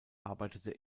arbeitete